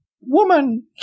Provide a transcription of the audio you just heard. woman